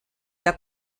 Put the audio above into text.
der